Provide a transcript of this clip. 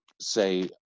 say